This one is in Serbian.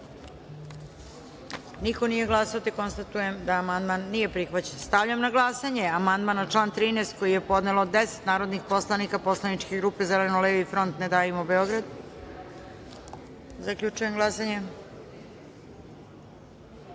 glasanje: za - niko. Konstatujem da amandman nije prihvaćen. Stavljam na glasanje amandman na član 9. koji je podnelo 10 narodnih poslanika poslaničke grupe Zeleno-levi front - Ne davimo Beograd. Zaključujem glasanje: